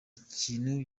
kintu